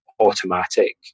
automatic